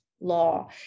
law